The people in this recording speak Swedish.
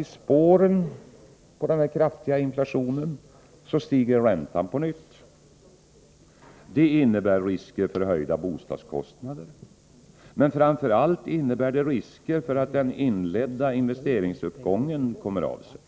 I spåren av den kraftiga inflationen stiger nu räntan på nytt. Det innebär risker för höjda bostadskostnader, men framför allt innebär det risker för att den inledda investeringsuppgången kommer av sig.